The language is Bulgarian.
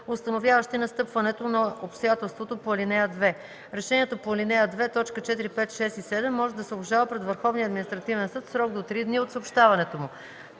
установяващи настъпването на обстоятелство по ал. 2. Решението по ал. 2, т. 4, 5, 6 и 7 може да се обжалва пред Върховния административен съд в срок до три дни от съобщаването му.”